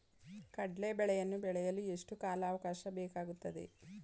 ಕಡ್ಲೆ ಬೇಳೆಯನ್ನು ಬೆಳೆಯಲು ಎಷ್ಟು ಕಾಲಾವಾಕಾಶ ಬೇಕಾಗುತ್ತದೆ?